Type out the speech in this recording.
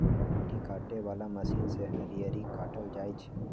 कुट्टी काटे बला मशीन से हरियरी काटल जाइ छै